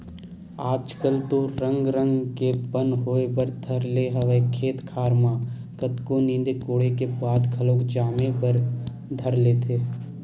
आजकल तो रंग रंग के बन होय बर धर ले हवय खेत खार म कतको नींदे कोड़े के बाद घलोक जामे बर धर लेथे